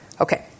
Okay